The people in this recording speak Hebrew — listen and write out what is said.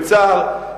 בצער,